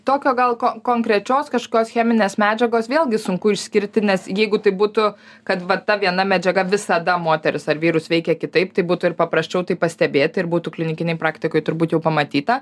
tokio gal kon konkrečios kažkokios cheminės medžiagos vėlgi sunku išskirti nes jeigu tai būtų kad va ta viena medžiaga visada moteris ar vyrus veikia kitaip tai būtų ir paprasčiau taip pastebėt ir būtų klinikinėj praktikoj turbūt jau pamatyta